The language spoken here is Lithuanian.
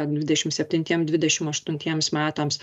dvidešimt septintiem dvidešimt aštuntiems metams